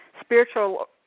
spiritual